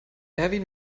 erwin